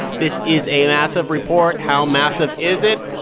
this is a massive report. how massive is it?